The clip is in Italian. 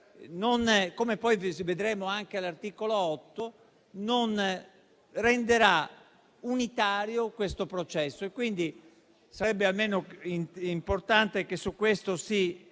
come poi vedremo anche all'articolo 8, di non rendere unitario questo processo. Sarebbe almeno importante che su tale